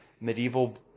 medieval